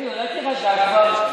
אולי תירגע כבר?